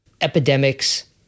Epidemics